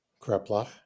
Kreplach